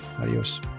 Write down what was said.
adios